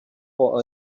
for